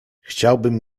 chciałbym